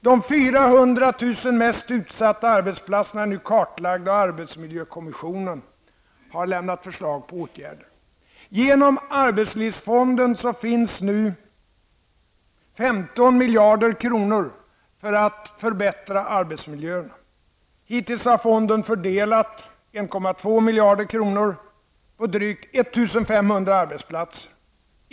De 400 000 mest utsatta arbetsplatserna är nu kartlagda, och arbetsmiljökommissionen har lämnat förslag till åtgärder. Genom arbetslivsfonden finns nu 15 miljarder kronor för att förbättra arbetsmiljöerna. Hittills har fonden fördelat 1,2 miljarder kronor på drygt 1 500 arbetsplatser.